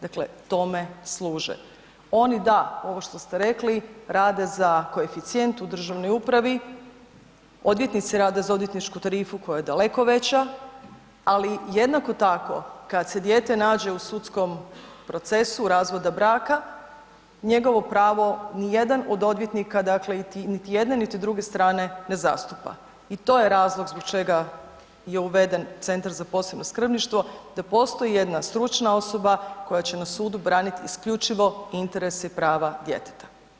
Dakle, tome služe, oni da, ovo što ste rekli, rade za koeficijent u državnoj upravi, odvjetnici rade za odvjetničku tarifu koja je daleko veća, ali jednako tako kad se dijete nađe u sudskom procesu razvoda braka, njegovo pravo, nijedan od odvjetnika, niti jedne niti druge strane ne zastupa i to je razlog zbog čega je uveden Centar za posebno skrbništvo, da postoji jedna stručna osoba koja će na sudu braniti isključivo interese i prava djeteta.